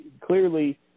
clearly –